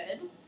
good